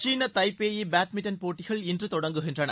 சீன Taipei badminton போட்டிகள் இன்று தொடங்குகின்றன